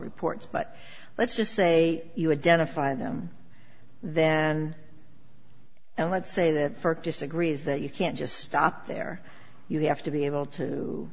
reports but let's just say you identify them then and let's say that for disagrees that you can't just stop there you have to be able to